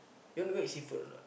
you wanna go eat seafood or not